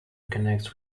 connects